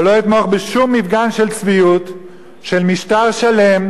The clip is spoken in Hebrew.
אבל לא אתמוך בשום מפגן של צביעות של משטר שלם